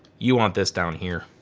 you want this down here.